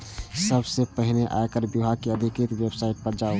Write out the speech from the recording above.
सबसं पहिने आयकर विभाग के अधिकृत वेबसाइट पर जाउ